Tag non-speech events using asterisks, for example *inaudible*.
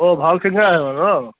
অঁ ভাল *unintelligible*